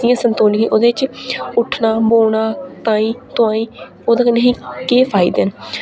जि'यां संतोलियां ओह्दे च उट्ठना बौह्ना ताईं तोहाईं ओह्दे कन्नै असें ई केह् फायदे न